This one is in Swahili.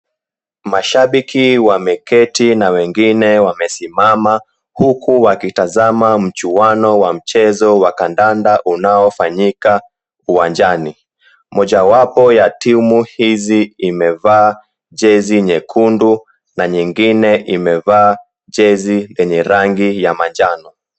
Mashabiki wameketi na wengine wamesimama huku wakitazama mchuano wa mchezo wa kandanda unaofanyika uwanjani. Mojawapo ya timu hizi imevaa jezi nyekundu na nyingine imevaa jezi yenye rangi ya manjano.